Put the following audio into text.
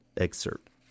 excerpt